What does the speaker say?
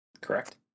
Correct